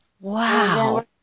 Wow